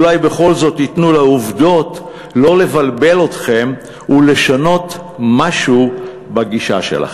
אולי בכל זאת תיתנו לעובדות לא לבלבל אתכם ולשנות משהו בגישה שלכם.